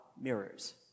mirrors